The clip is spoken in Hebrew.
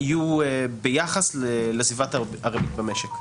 יהיה ביחס לסביבת הריבית במשק.